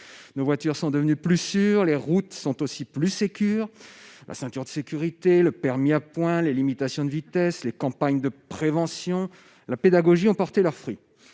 nos voitures sont devenus plus sur les routes sont aussi plus Secure la ceinture de sécurité, le permis à points, les limitations de vitesse, les campagnes de prévention, la pédagogie ont porté leurs fruits,